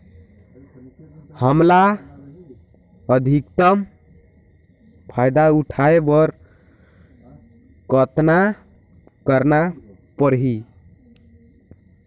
हमला अधिकतम फायदा उठाय बर कतना करना परही?